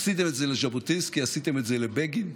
עשיתם את זה לז'בוטינסקי, עשיתם את זה לבגין,